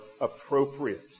appropriate